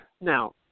Now